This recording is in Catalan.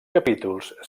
capítols